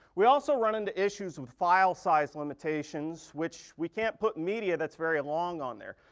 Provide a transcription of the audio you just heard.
we also run into issues with file size limitations, which we can't put media that's very long on there.